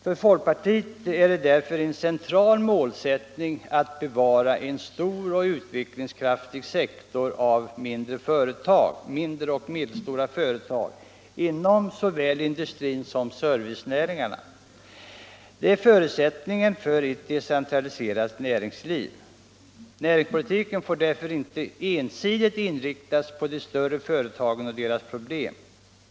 För folkpartiet är det en central målsättning att bevara en stor och utvecklingskraftig sektor av mindre och medelstora företag inom såväl industrin som servicenäringarna. De är förutsättningen för ett decentraliserat näringsliv. Näringspolitiken får därför inte ensidigt inriktas på de större företagen och deras problem.